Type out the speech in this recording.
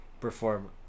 perform